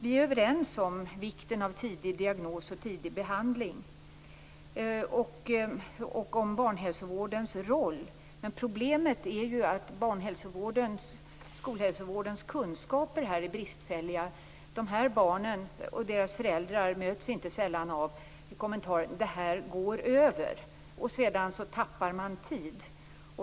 Vi är överens om vikten av tidig diagnos och tidig behandling och om barnhälsovårdens roll. Men problemet är ju att barnhälsovårdens och skolhälsovårdens kunskaper i detta sammanhang är bristfälliga. Dessa barn och deras föräldrar möts inte sällan av kommentaren att detta går över. Man förlorar då tid.